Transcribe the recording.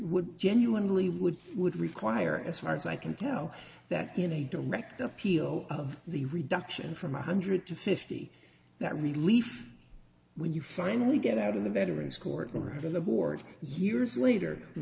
would genuinely would would require as far as i can tell that in a direct appeal of the reduction from one hundred to fifty that relief when you finally get out of the veterans court or even the board years later